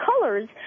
colors